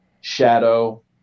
shadow